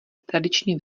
tradičně